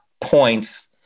points